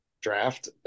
draft